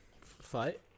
Fight